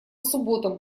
субботам